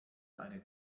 eine